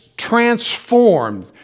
transformed